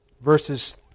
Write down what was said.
Verses